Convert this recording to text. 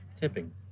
Tipping